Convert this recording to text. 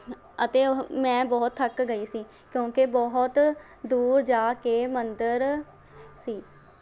ਹ ਅਤੇ ਉਹ ਮੈਂ ਬਹੁਤ ਥੱਕ ਗਈ ਸੀ ਕਿਉਂਕਿ ਬਹੁਤ ਦੂਰ ਜਾ ਕੇ ਮੰਦਰ ਸੀ